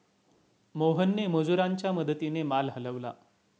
मोहनने मजुरांच्या मदतीने माल हलवला